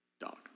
dog